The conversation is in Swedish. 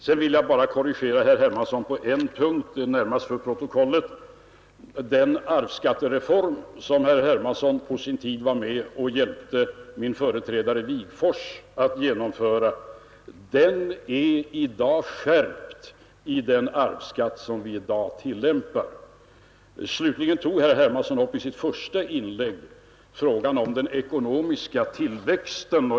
Sedan vill jag korrigera herr Hermansson på en punkt, närmast för protokollets skull. Den arvsskattereform som herr Hermansson på sin tid hjälpte min företrädare herr Wigforss att genomföra är skärpt i den arvsskatt som vi i dag tillämpar. I sitt första inlägg tog herr Hermansson upp frågan om den ekonomiska tillväxten.